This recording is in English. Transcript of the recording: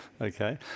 okay